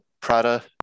Prada